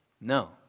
No